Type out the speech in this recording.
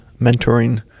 mentoring